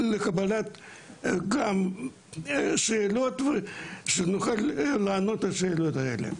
לקבלת שאלות, כדי שיוכלו לענות על השאלות האלה.